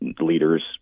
leaders